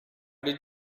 did